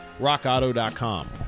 rockauto.com